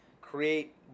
create